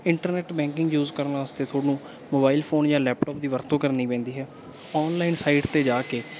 internet banking use ਕਰਨ ਵਾਸਤੇ ਤੁਹਾਨੂੰ ਮੋਬਾਈਲ ਫੋਨ ਜਾਂ ਲੈਪਟਾਪ ਦੀ ਵਰਤੋਂ ਕਰਨੀ ਪੈਂਦੀ ਹੈ ਆਨਲਾਈਨ ਸਾਈਟ 'ਤੇ ਜਾ ਕੇ